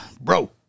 Bro